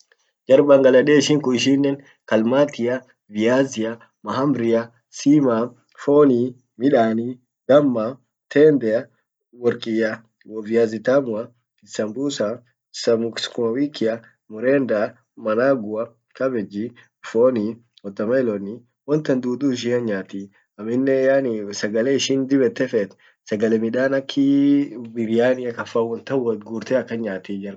Jar Bangladeshinen kun ishinen kalmatia, viazia, mahamria, sima, foni, midani, damma, tendea, workia, viazi tamua, sambusa, sukuma wikia, mrenda, manavua, cabage, foni, watarmelon, won tan dudu ishia hinyaati. Amminen yaani sagale ishin dib ete fet sagale midan akii biryania kan fa wontan wot gurte akan nyaati jar kun.